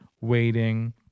waiting